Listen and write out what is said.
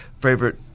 favorite